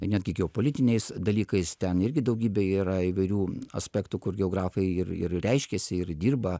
netgi geopolitiniais dalykais ten irgi daugybė yra įvairių aspektų kur geografai ir ir reiškiasi ir dirba